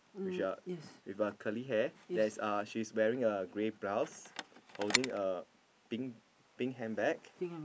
which a with a curly hair there is uh she's wearing a grey blouse holding a pink pink handbag